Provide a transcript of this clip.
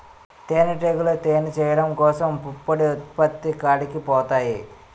తేనిటీగలు తేనె చేయడం కోసం పుప్పొడి ఉత్పత్తి కాడికి పోతాయి